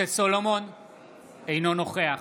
אינו נוכח